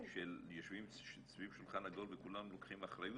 ישובים סביב שולחן עגול וכולם לוקחים אחריות